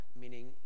meaning